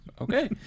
Okay